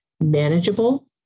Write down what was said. manageable